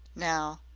now?